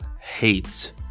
hates